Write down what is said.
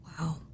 Wow